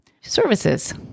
Services